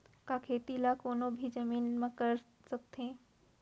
का खेती ला कोनो भी जमीन म कर सकथे?